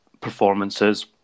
performances